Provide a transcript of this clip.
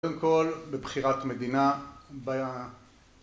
קודם כל, בבחירת מדינה